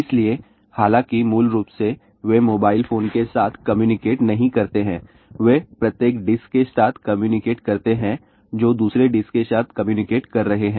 इसलिए हालांकि मूल रूप से वे मोबाइल फोन के साथ कम्यूनिकेट नहीं करते हैं वे प्रत्येक डिश के साथ कम्यूनिकेट करते हैं जो दूसरे डिश के साथ कम्यूनिकेट कर रहे हैं